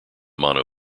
mono